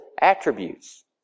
attributes